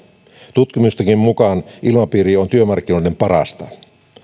tutkimustenkin mukaan ilmapiiri on työmarkkinoiden parasta